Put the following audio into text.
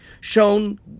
shown